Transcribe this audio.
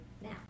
now